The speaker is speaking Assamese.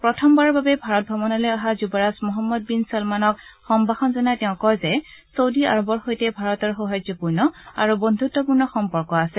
প্ৰথমবাৰৰ বাবে ভাৰত ভ্ৰমণলৈ অহা যুৱৰাজ মহম্মদ বিন চলমানক সম্ভাষণ জনাই কয় যে চৌদি আৰবৰ সৈতে ভাৰতৰ সৌহাদ্যপূৰ্ণ আৰু বদ্ধতপূৰ্ণ সম্পৰ্ক আছে